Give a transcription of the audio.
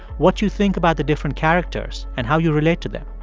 what you think about the different characters and how you relate to them.